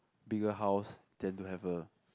bigger house then to have a